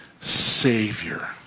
Savior